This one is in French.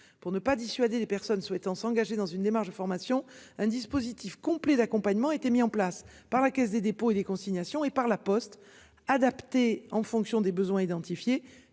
pour ne pas dissuader les personnes souhaitant s'engager dans une démarche de formation. Un dispositif complet d'accompagnement, été mis en place par la Caisse des dépôts et des consignations et par la poste adapté en fonction des besoins identifiés